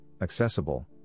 accessible